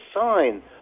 sign